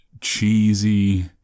cheesy